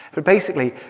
but basically,